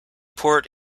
port